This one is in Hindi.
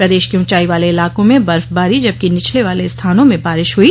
प्रदेश के ऊंचाई वाले इलाकों में बर्फबारी जबकि निचले वाले स्थानों में बारिश हुई